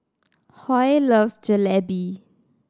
Hoy loves Jalebi